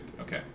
Okay